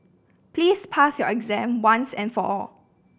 please pass your exam once and for all